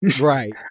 right